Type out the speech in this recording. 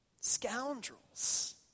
scoundrels